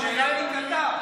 רגע, השאלה מי כתב.